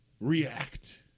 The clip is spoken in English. react